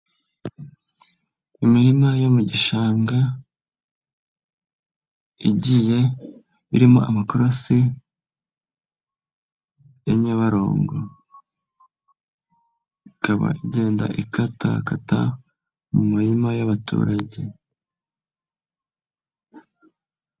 Imirima yo mu gishanga igiye irimo amakorosi ya Nyabarongo, ikaba igenda ikatakata mu mirima y'abaturage.